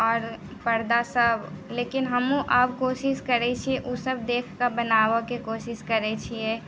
आओर पर्दासभ लेकिन हमहूँ आब कोशिश करैत छियै ओसभ देख कऽ बनाबयके कोशिश करैत छियै